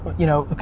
you know,